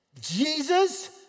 Jesus